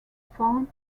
found